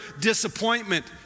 disappointment